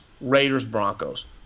Raiders-Broncos